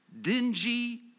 dingy